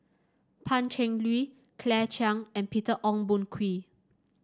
Pan Cheng Lui Claire Chiang and Peter Ong Boon Kwee